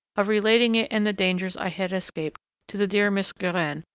of relating it and the dangers i had escaped to the dear miss guerin,